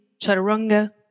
chaturanga